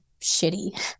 shitty